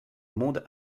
monde